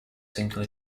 single